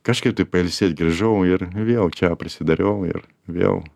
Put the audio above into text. kažkaip tai pailsėt grįžau ir vėl čia prisidariau ir vėl